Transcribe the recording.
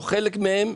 או חלק מהן,